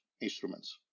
instruments